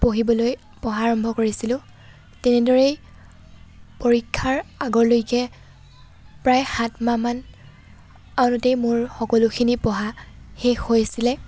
পঢ়িবলৈ পঢ়া আৰম্ভ কৰিছিলোঁ তেনেদৰেই পৰীক্ষাৰ আগলৈকে প্ৰায় সাতমাহমান আগতেই মোৰ সকলোখিনি পঢ়া শেষ হৈছিলে